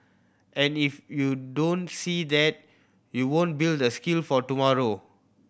and if you don't see that you won't build the skill for tomorrow